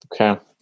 Okay